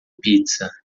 pizza